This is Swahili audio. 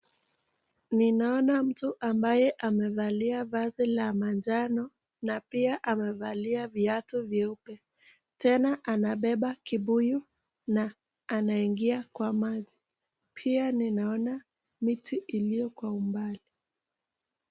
Ninaona mtu ambaye amevalia vazi la manjano na pia amevalia viatu vyeupe. Tena anabeba kibuyu na anaingia kwa maji. Pia ninaona miti iliyo kwa umbali.